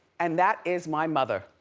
and that is my mother.